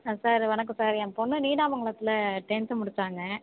sir வணக்கம் sir என் பொண்ணு நீடாமங்கலத்தில் டென்த்து முடிச்சாங்க